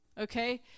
Okay